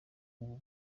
ubu